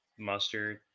mustard